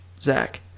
Zach